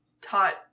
taught